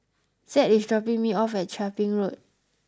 Zed is dropping me off at Chia Ping Road